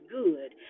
good